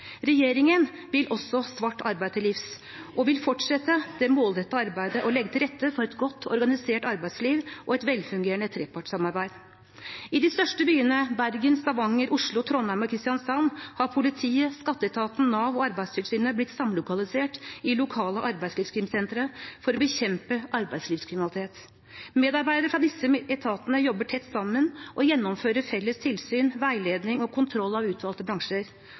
Regjeringen vil også svart arbeid til livs og vil fortsette det målrettede arbeidet med å legge til rette for et godt organisert arbeidsliv og et velfungerende trepartssamarbeid. I de største byene, Bergen, Stavanger, Oslo, Trondheim og Kristiansand, har politiet, Skatteetaten, Nav og Arbeidstilsynet blitt samlokalisert i lokale arbeidslivskrimsentre for å bekjempe arbeidslivskriminalitet. Medarbeidere fra disse etatene jobber tett sammen og gjennomfører felles tilsyn, veiledning og kontroll av utvalgte bransjer.